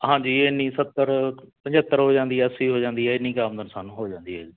ਹਾਂਜੀ ਇੰਨੀ ਸੱਤਰ ਪੰਝੱਤਰ ਹੋ ਜਾਂਦੀ ਆ ਅੱਸੀ ਹੋ ਜਾਂਦੀ ਆ ਇੰਨੀ ਕੁ ਆਮਦਨ ਸਾਨੂੰ ਹੋ ਜਾਂਦੀ ਆ ਜੀ